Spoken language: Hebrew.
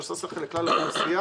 שעושה שכל לכלל האוכלוסייה,